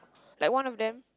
like one of them